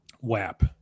WAP